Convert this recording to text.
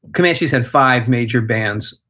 comanches had five major bands,